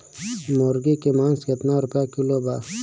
मुर्गी के मांस केतना रुपया किलो बा?